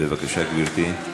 בבקשה, גברתי.